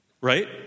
Right